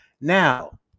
now